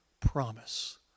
promise